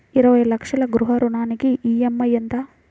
ఇరవై లక్షల గృహ రుణానికి ఈ.ఎం.ఐ ఎంత?